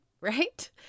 Right